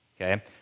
Okay